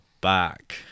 back